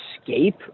escape